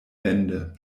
wende